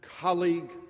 colleague